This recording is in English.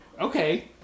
okay